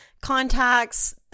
contacts